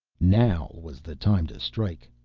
now was the time to strike.